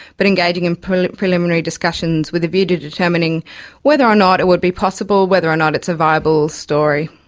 but engaging and in preliminary discussions with a view to determining whether or not it would be possible, whether or not it's a viable story.